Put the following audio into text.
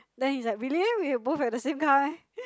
then he's like really eh we have both like the same car meh